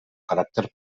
caràcter